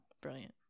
Brilliant